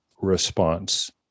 response